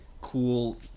cool